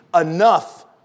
enough